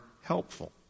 helpful